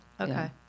Okay